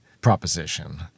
proposition